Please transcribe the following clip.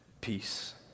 Peace